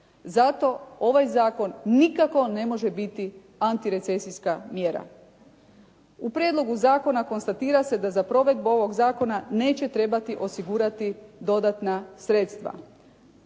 Zato ovaj zakon nikako ne može biti antirecesijska mjera. U prijedlogu zakona konstatira se da za provedbu ovog zakona neće trebati osigurati dodatna sredstva.